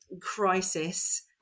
crisis